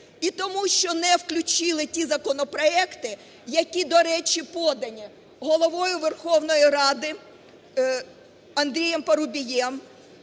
І тому що не включили ті законопроекти, які, до речі, подані Головою Верховної Ради Андрієм Парубієм,